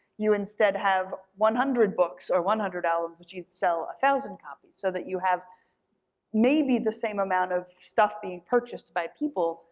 you instead have one hundred books or one hundred albums, which each sell a thousand copies, so that you have maybe the same mount of stuff being purchased by people,